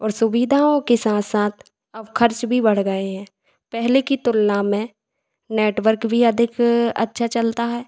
और सुविधाओं के साथ साथ अब खर्च भी बढ़ गए हैं पहले की तुलना में नेटवर्क भी अधिक अच्छा चलता है